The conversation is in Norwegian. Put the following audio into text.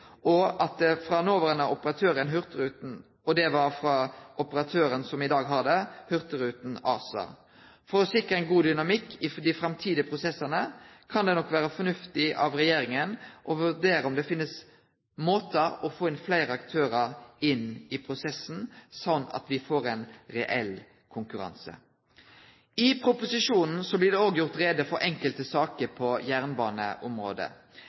og at det var frå operatøren som i dag har det, Hurtigruten ASA. For å sikre ein god dynamikk i dei framtidige prosessane kan det nok vere fornuftig av regjeringa å vurdere om det finst måtar å få fleire aktørar inn i prosessen på, slik at me får ein reell konkurranse. I proposisjonen blir det òg gjort greie for enkelte saker på jernbaneområdet.